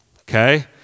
Okay